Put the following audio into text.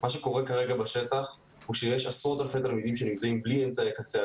מה שקורה כרגע בשטח הוא שיש עשרות אלפי תלמידים שנמצאים בלי אמצעי קצה,